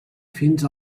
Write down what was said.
fins